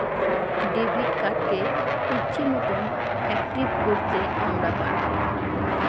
debit কার্ডকে ইচ্ছে মতন অ্যাকটিভেট করতে আমরা পারবো